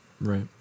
Right